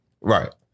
Right